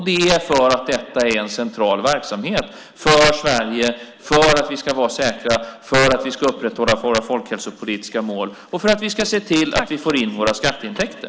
Det är för att detta är en central verksamhet för Sverige, för att vi ska vara säkra, för att vi ska upprätthålla våra folkhälsopolitiska mål och för att vi ska se till att vi får in våra skatteintäkter.